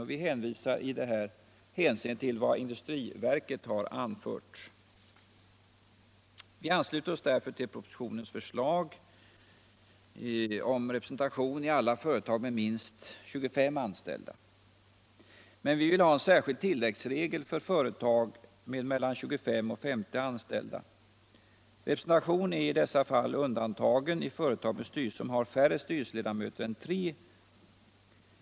Vi hänvisar i denna fråga till vad industriverket har anfört. Vi ansluter oss därför till propositonens förslag om representation i alla företag med minst 25 anställda. Men vi vill ha en särskild tilläggsregel för företag med mellan 25 och 50 anställda. Representation är i dessa fall undantagen i företagsstyrelser som har färre styrelseledamöter än tre.